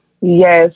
Yes